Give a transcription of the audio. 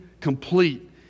complete